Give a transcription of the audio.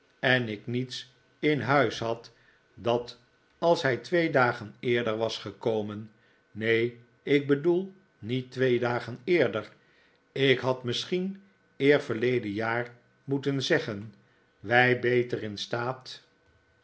en ik niets in huis had dat als hij twee dagen eerder was gekomen neen ik bedoel niet twee dagen eerder ik had misschien eerverleden jaar moeten zeggen wij beter in staat